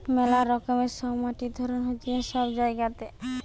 মেলা রকমের সব মাটির ধরণ হতিছে সব জায়গাতে